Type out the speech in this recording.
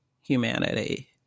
humanity